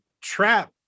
trap